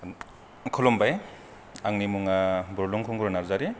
खुलुमबाय आंनि मुङा बुरलुं खुंगुर नारजारि